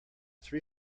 three